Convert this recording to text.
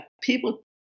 people